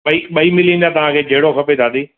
ॿई ॿई मिली वेंदा तव्हांखे जहिड़ो खपे दादी